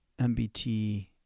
MBT